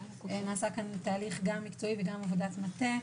נעשה כאן תהליך מקצועי ועבודת מטה,